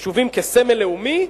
חשובים כסמל לאומי,